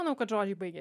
manau kad žodžiai baigės